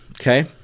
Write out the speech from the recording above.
Okay